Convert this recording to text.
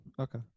Okay